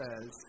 says